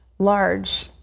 large,